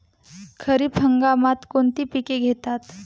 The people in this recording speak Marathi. खरीप हंगामात कोणती पिके घेतात?